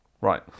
Right